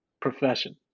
profession